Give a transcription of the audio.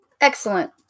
Excellent